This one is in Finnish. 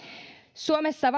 suomessa